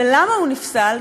ולמה הוא נפסל?